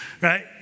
Right